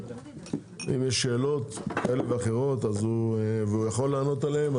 אם יש שאלות כאלה ואחרות והוא יכול לענות עליהן.